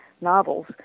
novels